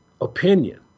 opinion